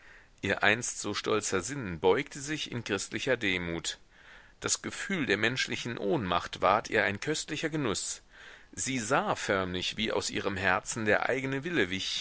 ihr einst so stolzer sinn beugte sich in christlicher demut das gefühl der menschlichen ohnmacht ward ihr ein köstlicher genuß sie sah förmlich wie aus ihrem herzen der eigene wille wich